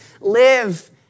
live